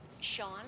Sean